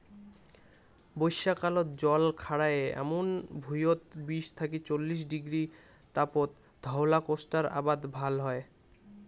বইষ্যাকালত জল খাড়ায় এমুন ভুঁইয়ত বিশ থাকি চল্লিশ ডিগ্রী তাপত ধওলা কোষ্টার আবাদ ভাল হয়